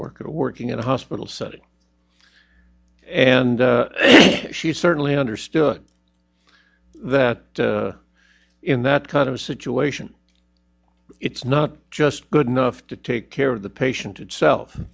worker working in a hospital setting and she certainly understood that in that kind of situation it's not just good enough to take care of the patient itself